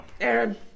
Aaron